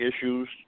issues